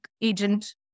agent